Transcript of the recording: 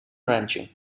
ranching